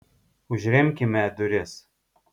užremkime duris